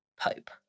pope